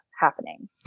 happening